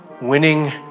Winning